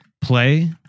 play